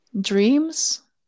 dreams